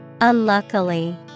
Unluckily